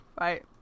right